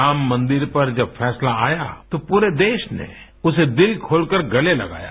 राम मंदिर पर जब फैसला आया तो पूरे देश ने उसे दिल खोलकर गले लगाया